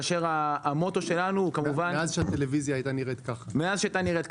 מאז שהטלוויזיה נראתה ככה.